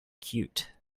cute